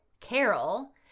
Carol